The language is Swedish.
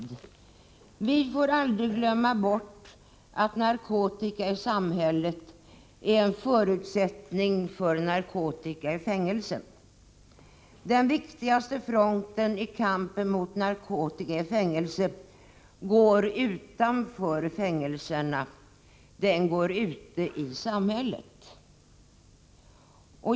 Den lyder så här: Vi får aldrig glömma bort att narkotika i samhället är en förutsättning för narkotika i fängelset. Den viktigaste fronten i kampen mot narkotika i fängelser går utanför fängelserna —den går ute i samhället.